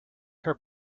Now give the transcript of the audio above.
her